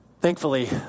Thankfully